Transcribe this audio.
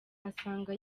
asanga